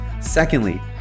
Secondly